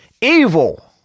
Evil